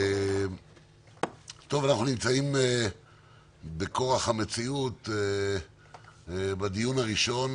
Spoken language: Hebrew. אנחנו נמצאים מכורח המציאות בדיון הראשון,